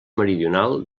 meridional